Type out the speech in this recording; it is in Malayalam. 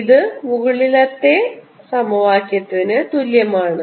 ഇത് മുകളിലത്തെ സമവാക്യത്തിന് തുല്യമാണ്